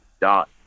dot